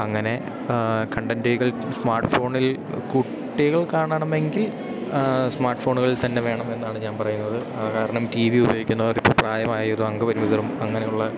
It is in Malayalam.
അങ്ങനെ കണ്ടൻ്റുകൾ സ്മാർട്ട് ഫോണിൽ കുട്ടികൾ കാണണമെങ്കിൽ സ്മാർട്ട് ഫോണുകളിൽത്തന്നെ വേണമെന്നാണ് ഞാൻ പറയുന്നത് കാരണം ടീ വി ഉപയോഗിക്കുന്നവരിപ്പോൾ പ്രായമായതും അംഗപരിമിതരും അങ്ങനെയുള്ള